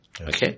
Okay